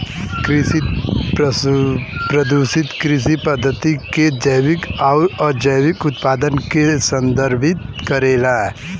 कृषि प्रदूषण कृषि पद्धति क जैविक आउर अजैविक उत्पाद के भी संदर्भित करेला